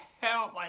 Help